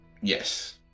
Yes